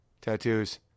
Tattoos